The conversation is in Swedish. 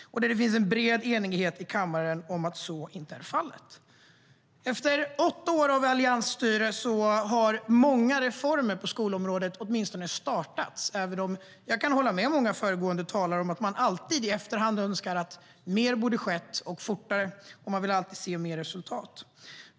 Det finns en bred enighet i kammaren om att så inte är fallet. Efter åtta år med alliansstyre har många reformer på skolområdet åtminstone startats, även om jag kan hålla med många av de föregående talarna om att man alltid i efterhand kan önska att mer hade skett, och fortare. Man vill alltid se mer resultat.